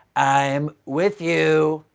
i'm with you!